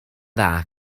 dda